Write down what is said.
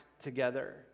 together